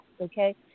Okay